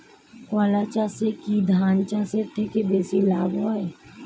কলা চাষে কী ধান চাষের থেকে বেশী লাভ হয়?